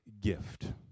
gift